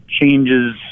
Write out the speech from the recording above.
changes